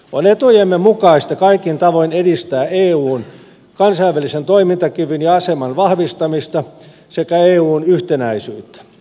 on etujemme mukaista kaikin tavoin edistää eun kansainvälisen toimintakyvyn ja aseman vahvistamista sekä eun yhtenäisyyttä